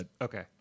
Okay